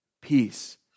peace